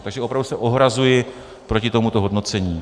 Takže opravdu se ohrazuji proti tomuto hodnocení.